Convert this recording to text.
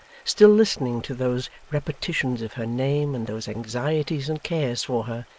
still listening to those repetitions of her name and those anxieties and cares for her,